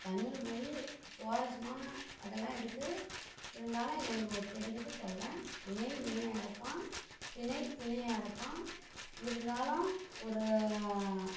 தமிழ்மொழி சுவாரஸ்யமான கதைலாம் இருக்குது இருந்தாலும் எனக்கு தெரிஞ்சதை சொல்கிறேன் வினை வினை அறுப்பான் தினை திணை அறுப்பான் இருந்தாலும் ஒரு